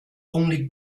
only